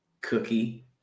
cookie